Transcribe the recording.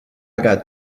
got